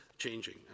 Changing